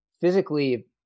physically